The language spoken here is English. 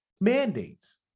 mandates